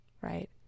Right